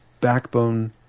backbone